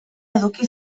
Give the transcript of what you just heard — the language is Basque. eduki